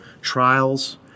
trials